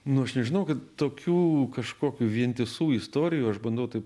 nu aš nežinau kad tokių kažkokių vientisų istorijų aš bandau taip